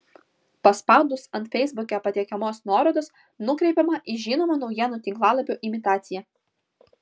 paspaudus ant feisbuke patiekiamos nuorodos nukreipiama į žinomo naujienų tinklalapio imitaciją